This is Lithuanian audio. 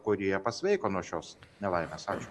kurie pasveiko nuo šios nelaimės ačiū